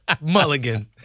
Mulligan